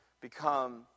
become